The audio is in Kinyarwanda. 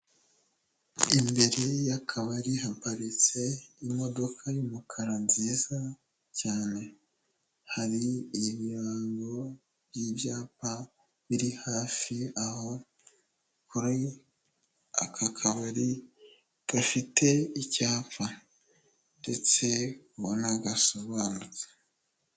Imbere y'akabari haparitse imodoka y'umukara nziza cyane, hari ibirango by'ibyapa biri hafi aho kuri aka kabari gafite icyapa ndetse ubona gasobanutse.